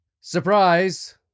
Surprise